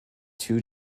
two